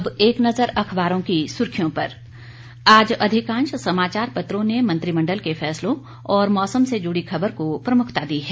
अब एक नजर अखबारों की सुर्खियों पर आज अधिकांश समाचार पत्रों ने मंत्रिमंडल के फैसलों और मौसम से जुड़ी खबर को प्रमुखता दी है